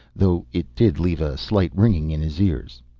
though it did leave a slight ringing in his ears.